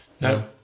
No